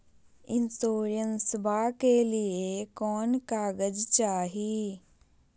इंसोरेंसबा के लिए कौन कागज चाही?